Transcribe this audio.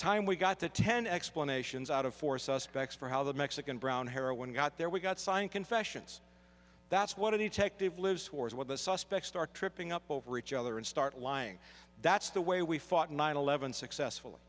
time we got the ten explanations out of four suspects for how the mexican brown heroin got there we got signed confessions that's one of the checked of lives or what the suspects start tripping up over each other and start lying that's the way we fought nine eleven successfully